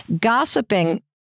Gossiping